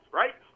right